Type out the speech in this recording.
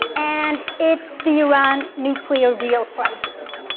and it's the iran nuclear deal crisis,